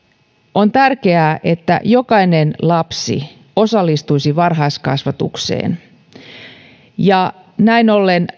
on tärkeää että jokainen lapsi osallistuisi varhaiskasvatukseen ja näin ollen